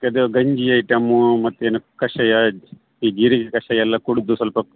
ಅದು ಗಂಜಿ ಐಟಮ್ಮೂ ಮತ್ತು ಏನು ಕಷಾಯ ಈ ಜೀರ್ಗೆ ಕಷಾಯ ಎಲ್ಲ ಕುಡಿದು ಸ್ವಲ್ಪ